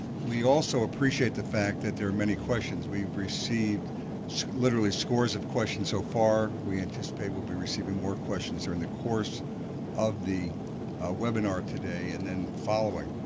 we also appreciate the fact that there are many questions. we've received literally scores of questions so far, we anticipate we will be receiving more questions during the course of the webinar today and then following.